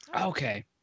Okay